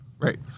Right